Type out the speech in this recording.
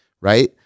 right